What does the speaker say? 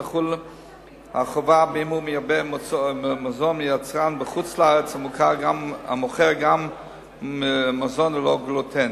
תחול החובה אם הוא מייבא מזון מיצרן בחוץ-לארץ המוכר גם מזון ללא גלוטן.